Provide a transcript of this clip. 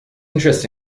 interests